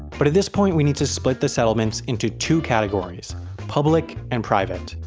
but at this point we need to split the settlements into two categories public and private.